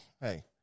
hey